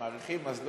מעריכים אז,